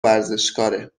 ورزشکاره